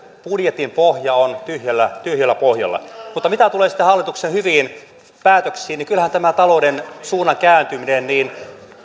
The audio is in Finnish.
budjettinne on tyhjällä tyhjällä pohjalla mutta mitä tulee sitten hallituksen hyviin päätöksiin ja tähän talouden suunnan kääntymiseen niin kyllähän